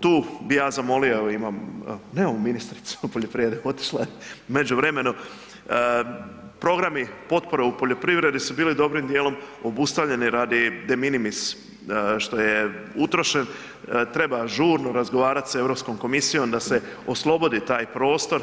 Tu bih ja zamolio evo imamo, nemamo ministricu poljoprivrede otišla je u međuvremenu, programi potpore u poljoprivredi su bili dobrim dijelom obustavljeni radi deminimis što je utrošen, treba žurno razgovarati sa Europskom komisijom da se oslobodi taj prostor